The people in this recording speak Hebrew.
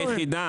תדאגו.